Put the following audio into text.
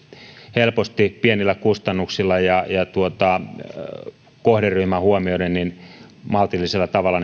helposti toteutettavissa pienillä kustannuksilla kohderyhmä huomioiden maltillisella tavalla